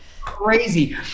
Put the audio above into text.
Crazy